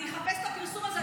אחפש את הפרסום הזה,